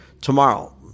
tomorrow